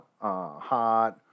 hot